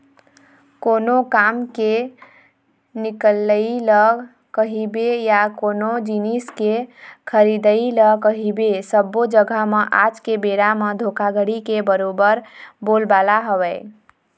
कोनो काम के निकलई ल कहिबे या कोनो जिनिस के खरीदई ल कहिबे सब्बो जघा म आज के बेरा म धोखाघड़ी के बरोबर बोलबाला हवय